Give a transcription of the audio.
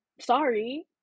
sorry